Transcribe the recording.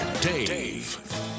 Dave